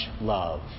love